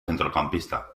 centrocampista